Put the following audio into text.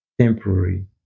temporary